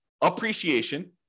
appreciation